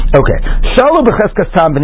okay